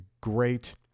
great